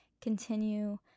continue